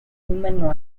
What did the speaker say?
human